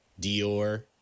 Dior